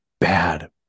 bad